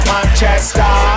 Manchester